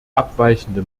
abweichende